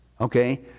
Okay